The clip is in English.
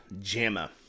JAMA